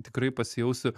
tikrai pasijausiu